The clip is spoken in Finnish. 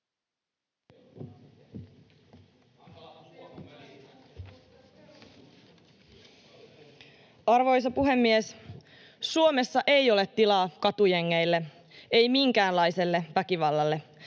Arvoisa puhemies! Suomessa ei ole tilaa katujengeille, ei minkäänlaiselle väkivallalle.